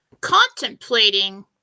contemplating